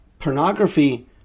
Pornography